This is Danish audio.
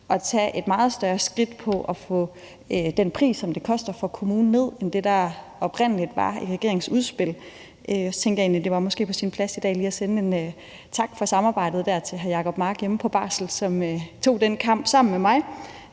at tage et meget større skridt i forhold til at få den pris ned, som det koster for kommunen, i forhold til det, der oprindelig var i regeringens udspil. Jeg tænker egentlig, at det måske var på sin plads i dag lige at sende en tak for samarbejdet til hr. Jacob Mark, der er hjemme på barsel, og som tog den kamp sammen med mig.